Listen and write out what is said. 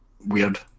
weird